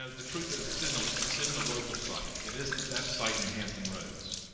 ah the truth is this isn't ah this isn't a local site, it is the best site in hampton road,